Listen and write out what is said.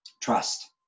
trust